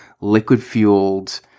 liquid-fueled